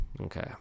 Okay